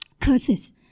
curses